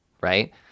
right